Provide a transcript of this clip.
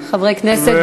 חברי הכנסת,